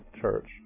church